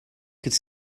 could